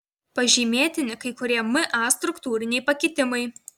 pažymėtini kai kurie ma struktūriniai pakitimai